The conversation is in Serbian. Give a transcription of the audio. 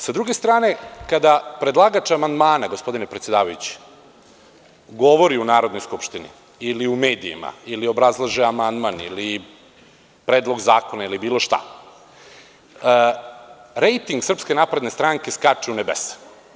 S druge strane, kada predlagač amandmana, gospodine predsedavajući, govori u Narodnoj skupštini, ili u medijima, ili obrazlaže amandman, ili predlog zakona, ili bilo šta, rejting SNS skače u nebesa.